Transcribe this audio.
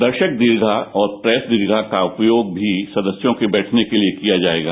दर्शक दीर्घा और प्रेस दीर्घा का उपयोग भी सदस्यों के बैठने के लिए किया जाएगा